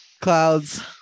Clouds